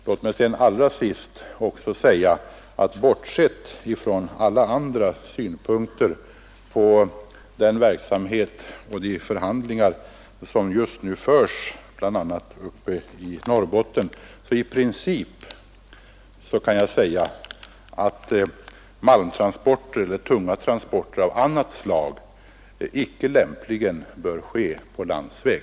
Låt mig sedan allra sist säga — bortsett från alla andra synpunkter på den här verksamheten och de förhandlingar som just nu förs bl.a. uppe i Norrbotten — att jag i princip anser att malmtransporter eller tunga transporter av annat slag icke lämpligen bör ske på landsväg.